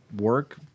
work